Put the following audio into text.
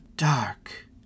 dark